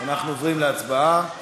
אנחנו עוברים להצבעה על